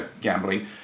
gambling